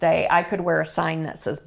day i could wear a sign that says